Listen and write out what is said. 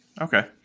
Okay